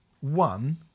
One